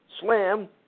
Slam